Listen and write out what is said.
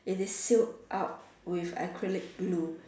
it is sealed up with acrylic glue